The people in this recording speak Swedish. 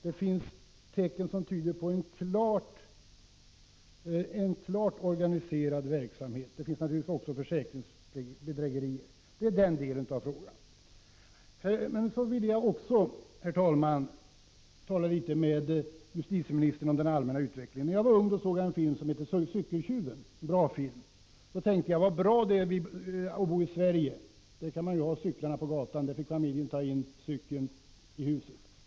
Det finns tecken som tyder på en klart organiserad verksamhet. Och sedan finns det naturligtvis försäkringsbedragare. Sedan skulle jag vilja, herr talman, tala litet med justitieministern om den allmänna utvecklingen. När jag var ung såg jag en film som hette Cykeltjuven. Det var en bra film. Då tänkte jag: Vad bra det är att bo i Sverige, där man kan lämna cykeln på gatan och inte behöver ta in den i huset.